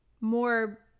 more